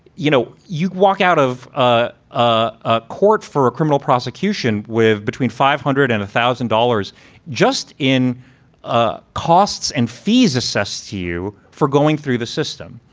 you know, you walk out of ah ah court for a criminal prosecution with between five hundred and one thousand dollars just in ah costs and fees assessed to you for going through the system.